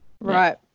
right